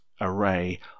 array